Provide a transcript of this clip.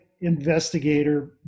investigator